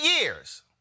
years